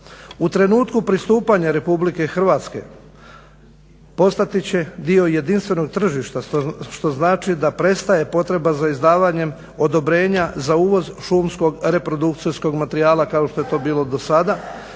U trenutku pristupanja Republike Hrvatske postati će dio jedinstvenog tržišta što znači da prestaje potreba za izdavanjem odobrenja za uvoz šumskog reprodukcijskog materijala kao što je to bilo do sada